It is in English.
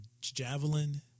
javelin